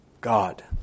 God